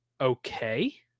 okay